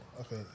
Okay